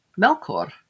Melkor